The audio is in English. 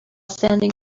standing